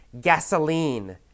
gasoline